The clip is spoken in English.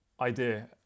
idea